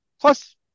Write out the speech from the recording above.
Plus